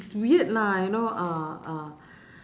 it's weird lah you know ah ah